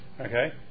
okay